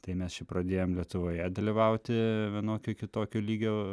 tai mes čia pradėjom lietuvoje dalyvauti vienokio kitokio lygio